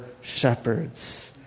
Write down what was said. shepherds